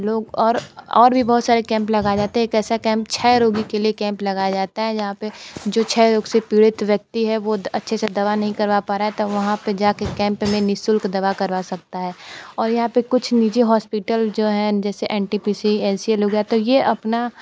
लोग और और भी बहुत सारे कैंप लगाए जाते है कैसा कैंप छय रोगी के लिए कैंप लगाया जाता है यहाँ पे जो क्षय रोग से पीड़ित व्यक्ति है वह अच्छे से दवा नहीं करवा पा रहा है तो वहाँ पर जा के कैंप में निःशुल्क दवा करवा सकता है और यहाँ पर कुछ निजी हॉस्पिटल जो है जैसे N T P C N C L हो गया तो यह अपना